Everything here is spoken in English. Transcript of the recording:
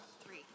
Three